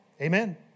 Amen